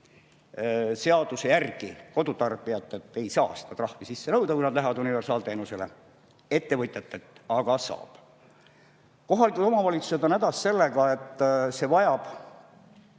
Seaduse järgi kodutarbijatelt ei saa seda trahvi sisse nõuda, kui nad lähevad universaalteenusele, ettevõtjatelt aga saab. Kohalikud omavalitsused on hädas sellega, et see vajab